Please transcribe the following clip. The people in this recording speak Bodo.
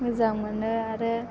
मोजां मोनो आरो